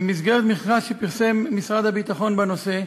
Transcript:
במסגרת מכרז שפרסם משרד הביטחון בנושא,